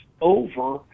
over